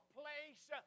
place